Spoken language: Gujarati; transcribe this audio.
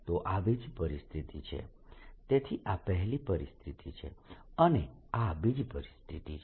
તો આ બીજી પરિસ્થિતિ છે તેથી આ પહેલી પરિસ્થિતિ છે અને આ બીજી પરિસ્થિતિ છે